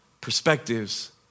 perspectives